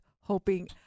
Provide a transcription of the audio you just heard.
hoping